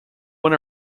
one